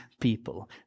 people